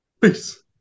peace